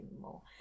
more